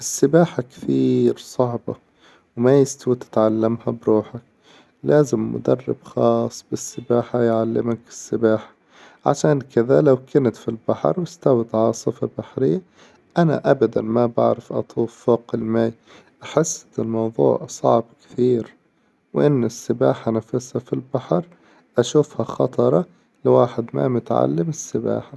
السباحة كثير صعبة وما يستو تتعلمها بروحك، لازم مدرب خاص بالسباحة يعلمك السباحة، عشان كذا لو كنت في البحر واستوت عاصفة بحرية أنا أبدا ما بعرف أطوف فوق الماي أحس ذه الموظوع صعب كثير وإن السباحة نفسها في البحر أشوفها خطرة لواحد ما متعلم السباحة.